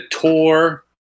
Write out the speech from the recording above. tour